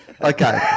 Okay